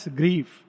grief